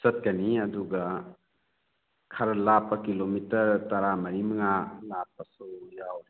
ꯆꯠꯀꯅꯤ ꯑꯗꯨꯒ ꯈꯔ ꯂꯥꯞꯄ ꯀꯤꯂꯣꯃꯤꯇꯔ ꯇꯔꯥꯃꯔꯤ ꯃꯉꯥ ꯂꯥꯞꯄꯁꯨ ꯌꯥꯎꯏ